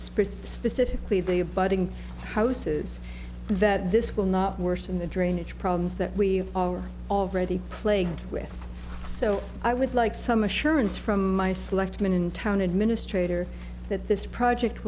specifically the a budding houses that this will not worsen the drainage problems that we are already plagued with so i would like some assurance from my selectman in town administrator that this project